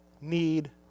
need